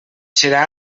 serà